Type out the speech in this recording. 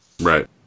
Right